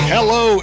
Hello